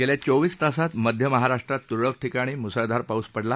गेल्या चोवीस तासात मध्य महाराष्ट्रात त्रळक ठिकाणी मुसळधार पाऊस पडला